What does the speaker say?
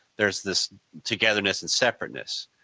there is this togetherness and separateness,